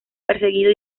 perseguido